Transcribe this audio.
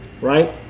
right